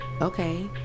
okay